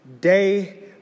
day